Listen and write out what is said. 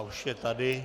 Už je tady.